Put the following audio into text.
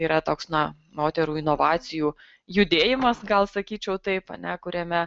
yra toks na moterų inovacijų judėjimas gal sakyčiau taip a ne kuriame